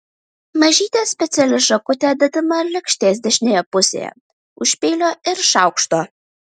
mažytė speciali šakutė dedama lėkštės dešinėje pusėje už peilio ir šaukšto